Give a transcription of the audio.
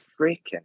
freaking